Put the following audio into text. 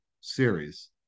series